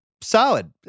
solid